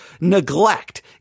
neglect